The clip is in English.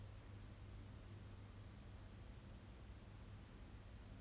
whether it is five dollars a month they earn for that dog shit pay but then